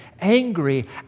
angry